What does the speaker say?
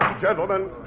Gentlemen